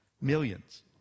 Millions